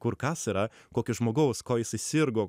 kur kas yra kokio žmogaus kuo jisai sirgo